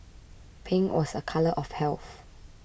pink was a colour of health